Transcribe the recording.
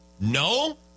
No